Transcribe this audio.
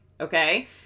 Okay